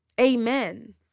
amen